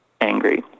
angry